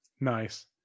Nice